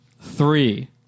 three